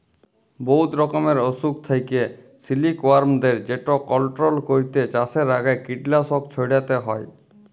বহুত রকমের অসুখ থ্যাকে সিলিকওয়ার্মদের যেট কলট্রল ক্যইরতে চাষের আগে কীটলাসক ছইড়াতে হ্যয়